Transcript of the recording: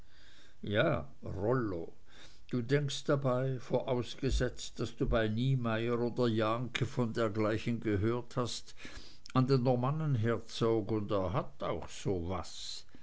ja rollo du denkst dabei vorausgesetzt daß du bei niemeyer oder jahnke von dergleichen gehört hast an den normannenherzog und unserer hat auch so was